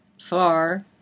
far